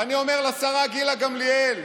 ואני אומר לשרה גילה גמליאל: